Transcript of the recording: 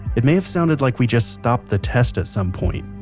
it may have sounded like we just stopped the test at some point.